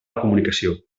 comunicació